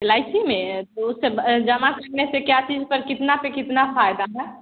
L I C में तो उसे ब जमा करने से क्या चीज़ पर कितना पर कितना फ़ायदा है